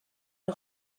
nhw